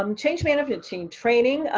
um change management team, training. ah